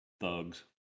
thugs